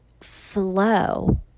flow